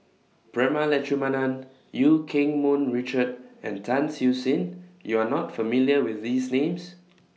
Prema Letchumanan EU Keng Mun Richard and Tan Siew Sin YOU Are not familiar with These Names